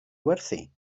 werthu